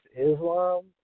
Islam